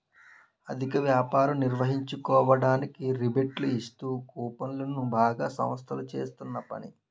అధిక వ్యాపారం నిర్వహించుకోవడానికి రిబేట్లు ఇస్తూ కూపన్లు ను బడా సంస్థలు చేస్తున్న పని